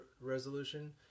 resolution